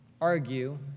argue